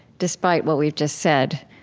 despite what we've just said.